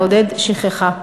נעודד שכחה.